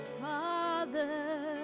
Father